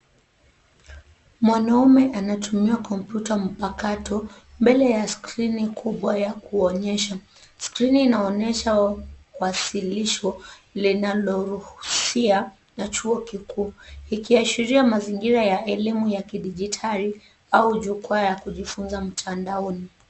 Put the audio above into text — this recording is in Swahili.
Mwanaume anatumia kompyuta mpakato mbele ya skrini kubwa ya kuonyesha, skrini inaonyesha wasilisho linaloruhusia na chuo kikuu. Ikiashiria mazingira ya elimu ya kidijitali au jukwaa ya kujifunzia mtandaoni.